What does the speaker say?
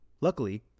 Luckily